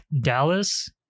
Dallas